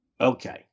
Okay